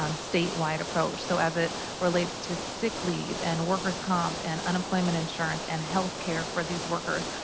um statewide approach, so as it relates to sick leave, and worker's comp, and unemployment insurance, and healthcare for these workers,